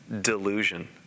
delusion